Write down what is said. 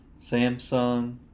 Samsung